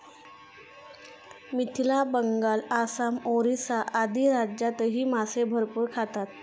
मिथिला, बंगाल, आसाम, ओरिसा आदी राज्यांतही मासे भरपूर खातात